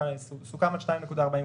וסוכם על 2.45%,